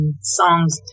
songs